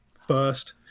first